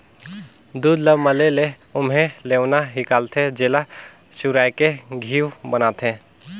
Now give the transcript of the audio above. दूद ल मले ले ओम्हे लेवना हिकलथे, जेला चुरायके घींव बनाथे